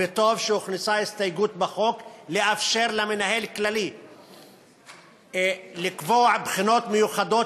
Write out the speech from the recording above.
וטוב שהוכנסה הסתייגות בחוק לאפשר למנהל הכללי לקבוע בחינות מיוחדות,